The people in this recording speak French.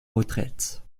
retraite